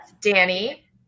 danny